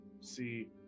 see